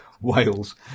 Wales